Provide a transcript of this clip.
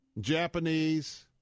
Japanese